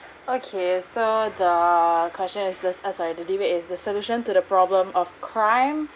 okay so the question is this uh sorry the debate is the solution to the problem of crime